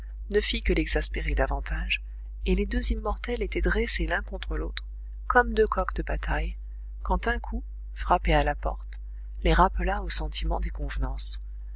ne fit que l'exaspérer davantage et les deux immortels étaient dressés l'un contre l'autre comme deux coqs de bataille quand un coup frappé à la porte les rappela au sentiment des convenances